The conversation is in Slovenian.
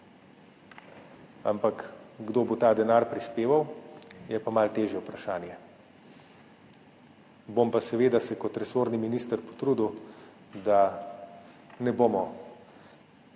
ampak kdo bo prispeval ta denar, je pa malo težje vprašanje. Bom pa se seveda kot resorni minister potrudil, da ne bomo